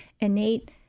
innate